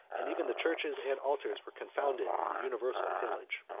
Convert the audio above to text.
and even the churches and altars were confounded in the universal pillage.